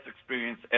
experience